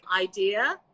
idea